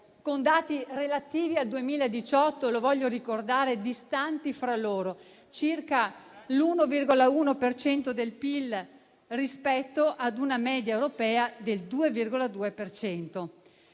con dati relativi al 2018 - lo voglio ricordare - distanti fra loro: circa l'1,1 per cento del PIL rispetto ad una media europea del 2,2